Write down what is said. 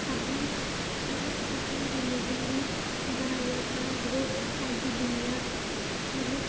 अपने मतलब अपने मतलब अपने रिलिजन दी बनाइयै रखना जेह्ड़े अज्ज दी दूनिया ऐ मतलब